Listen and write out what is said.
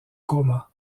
coma